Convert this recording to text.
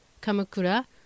Kamakura